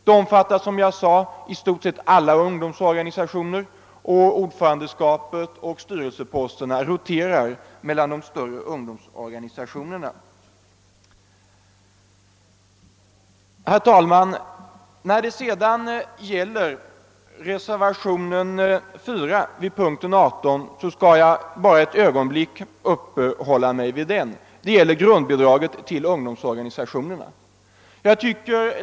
Som jag sade omfattar landsrådet nästan alla ungdomsorganisationer, och ordförandeskapet och styrelseposterna där cirkulerar mellan de större ungdomsorganisationerna. Sedan skall jag också mycket kort uppehålla mig vid reservationen 4, som gäller grundbidraget till ungdomsorganisationerna.